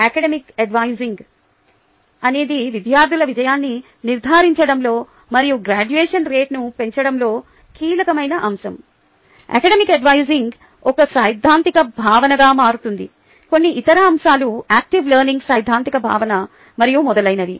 academic అడ్వైజింగ్సలహా అనేది విద్యార్థుల విజయాన్ని నిర్ధారించడంలో మరియు గ్రాడ్యుయేషన్ రేటును పెంచడంలో కీలకమైన అంశం అకాడెమిక్ అడ్వైజింగ్సలహా ఒక సైద్ధాంతిక భావనగా మారుతుంది కొన్ని ఇతర అంశాలు యాక్టివ్ లెర్నింగ్ సైద్ధాంతిక భావన మరియు మొదలైనవి